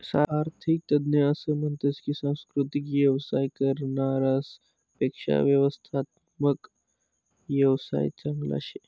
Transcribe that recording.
आरर्थिक तज्ञ असं म्हनतस की सांस्कृतिक येवसाय करनारास पेक्शा व्यवस्थात्मक येवसाय चांगला शे